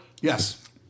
Yes